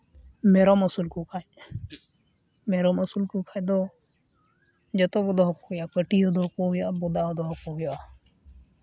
ᱢᱮᱨᱚᱢ ᱟᱹᱥᱩᱞ ᱠᱚ ᱠᱷᱟᱡ ᱢᱮᱨᱚᱢ ᱟᱹᱥᱩᱞ ᱠᱚ ᱠᱷᱟᱡ ᱫᱚ ᱡᱚᱛᱚ ᱜᱮ ᱫᱚᱦᱚ ᱠᱚ ᱦᱩᱭᱩᱜᱼᱟ ᱯᱟᱹᱴᱷᱤ ᱦᱚᱸ ᱫᱚᱦᱚ ᱠᱚ ᱦᱩᱭᱩᱜᱼᱟ ᱟᱨ ᱵᱚᱫᱟ ᱦᱚᱸ ᱫᱚᱦᱚ ᱠᱚ ᱦᱩᱭᱩᱜᱼᱟ